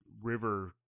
river